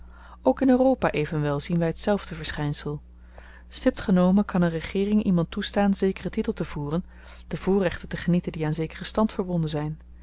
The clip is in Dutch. ook in europa evenwel zien wy tzelfde verschynsel stipt genomen kan een regeering iemand toestaan zekeren titel te voeren de voorrechten te genieten die aan zekeren stand verbonden zyn